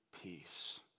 peace